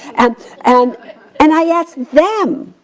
and and and i asked them,